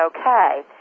okay